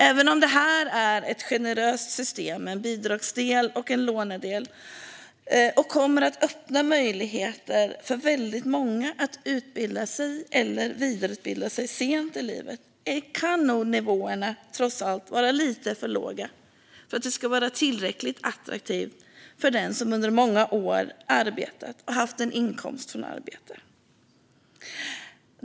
Även om det här är ett generöst system, med en bidragsdel och en lånedel, som kommer att öppna möjligheter för väldigt många att utbilda sig eller vidareutbilda sig sent i livet kan nog nivåerna trots allt vara lite för låga för att det ska vara tillräckligt attraktivt för den som under många år har arbetat och haft en inkomst från arbete.